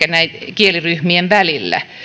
kieliryhmien välillä